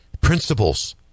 principles